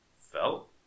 felt